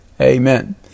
Amen